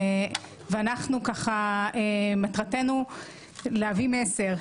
ואנחנו מטרתנו להביא מסר,